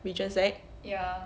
regent sec